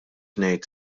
ngħid